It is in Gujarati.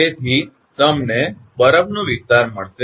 તેથી તમને બરફનો વિસ્તાર મળશે